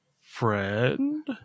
friend